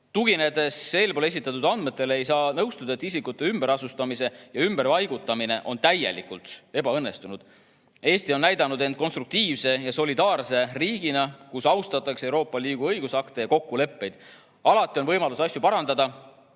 Tuginedes eespool esitatud andmetele, ei saa nõustuda, et isikute ümberasustamine ja ümberpaigutamine on täielikult ebaõnnestunud. Eesti on näidanud end konstruktiivse ja solidaarse riigina, kus austatakse Euroopa Liidu õigusakte ja kokkuleppeid. Alati on võimalus asju parandada,